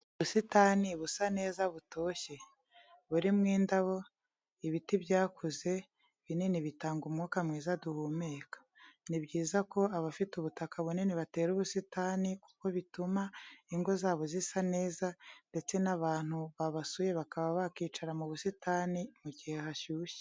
Ubusitani busa neza butoshye, burimo indabo, ibiti byakuze binini bitanga umwuka mwiza duhumeka. Ni byiza ko abafite ubutaka bunini batera ubusitani kuko bituma ingo zabo zisa neza ndetse n'abantu babasuye bakaba bakicara mu busitani mu gihe hashyushye.